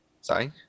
Sorry